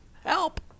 help